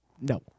No